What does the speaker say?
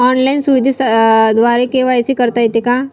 Online सुविधेद्वारे KYC करता येते का?